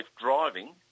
driving